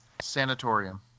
Sanatorium